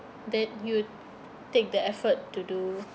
that you take the effort to do